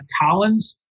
collins